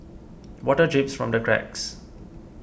water drips from the cracks